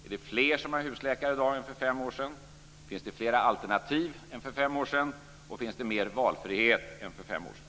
Är det fler som har husläkare i dag än för fem år sedan? Finns det flera alternativ än för fem år sedan? Finns det mer valfrihet än för fem år sedan?